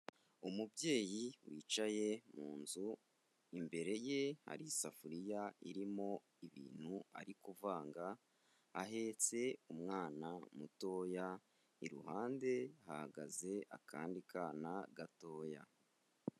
Umubyeyi wicaye mu nzu, imbere ye hari isafuriya irimo ibintu ari kuvanga, ahetse umwana mutoya, iruhande hahagaze akandi kana gatoya.